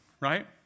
right